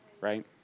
Right